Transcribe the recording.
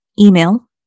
email